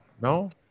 No